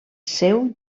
seu